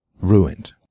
Ruined